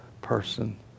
person